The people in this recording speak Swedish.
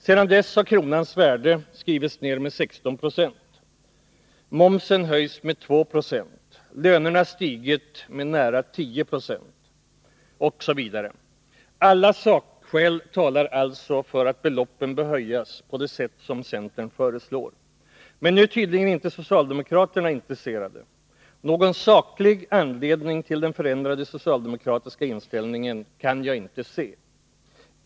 Sedan dess har kronans värde skrivits ned med 16 90, momsen höjts med 2 26, lönerna stigit med nära 10 96 osv. Alla sakskäl talar alltså för att beloppen bör höjas på det sätt som centern föreslår. Men nu är tydligen inte socialdemokraterna intresserade. Någon saklig anledning till den förändrade socialdemokratiska inställningen kan jag inte se.